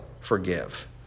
forgive